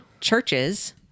churches